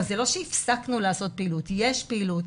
זה לא שהפסקנו לעשות פעילות, יש פעילות.